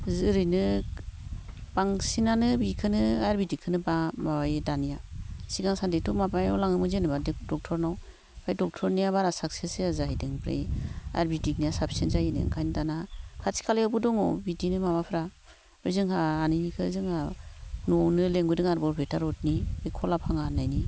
ओरैनो बांसिननानो बिखोनो आयुरवेदिक बेखोनो माबायो दानिया सिगां सान्दिथ' माबायाव लांङोमोन जेन'बा ड'क्टरनाव ओमफ्राय ड'क्टरनिया बारा साक्सेस जाया जाहैदों ओमफाय आयुरवेदिक ना साबसिन जायो नो ओंखायनो दाना खाथि खालायावबो दङ बिदिनो माबाफ्रा ओमफ्राय जोंहा आनैनिखो जोंहा न'आवनो लेंबोदों आरो बरपेटा रथ नि बे कला भाङा होननायनि